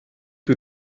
que